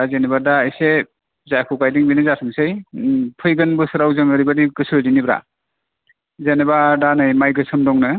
दा जेनोबा दा इसे जाखौ गायदों बेनो जाथोंसै फैगोन बोसोराव जों ओरैबादि गोसो होदिनि ब्रा जेनोबा दा नै माइ गोसोम दंनो